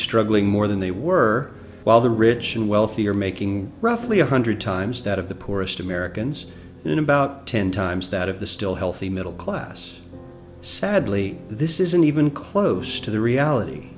struggling more than they were while the rich and wealthy are making roughly one hundred times that of the poorest americans in about ten times that of the still healthy middle class sadly this isn't even close to the reality